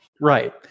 Right